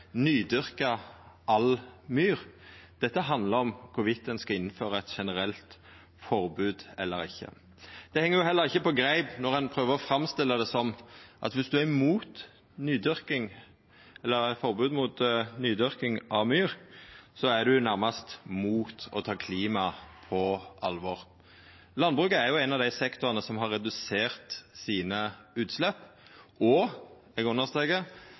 nydyrka all myr. Dette handlar om ein skal innføra eit generelt forbod eller ikkje. Det heng heller ikkje på greip når ein prøver å framstilla det som at dersom ein er imot forbod mot nydyrking av myr, er ein nærmast imot å ta klimaet på alvor. Landbruket er ein av dei sektorane som har redusert utsleppa sine, og